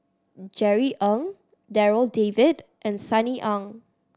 Jerry Ng Darryl David and Sunny Ang